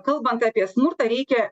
kalbant apie smurtą reikia